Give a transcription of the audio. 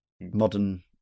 modern